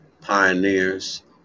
Pioneers